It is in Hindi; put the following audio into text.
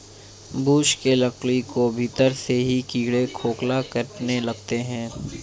वृक्ष के लकड़ी को भीतर से ही कीड़े खोखला करने लगते हैं